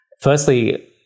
Firstly